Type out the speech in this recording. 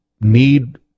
need